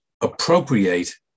appropriate